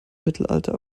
mittelalter